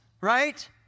right